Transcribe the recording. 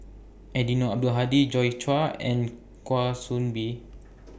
Eddino Abdul Hadi Joi Chua and Kwa Soon Bee